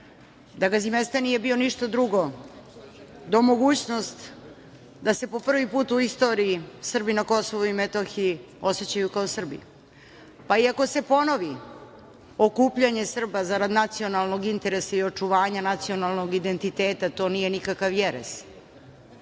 da Gazimestan nije bio ništa drugo do mogućnost da se po prvi put u istoriji Srbi na Kosovu i Metohiji osećaju kao Srbi. I ako se ponovi, okupljanje Srba zarad nacionalnog interesa i očuvanja nacionalnog identiteta, to nije nikakav